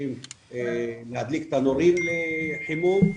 מתקשים להדליק תנורים לחימום,